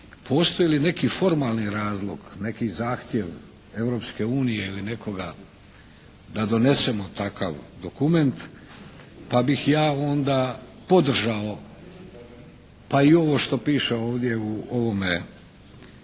postoji li neki formalni razlog, neki zahtjev Europske unije ili nekoga da donesemo takav dokument pa bih ja onda podržao pa i ovo što piše ovdje u ovome prijedlogu